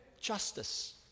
justice